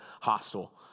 hostile